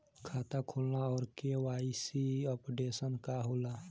खाता खोलना और के.वाइ.सी अपडेशन का होला?